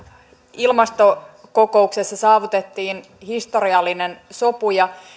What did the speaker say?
ilmastokokouksessa saavutettiin historiallinen sopu ja